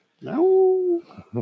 No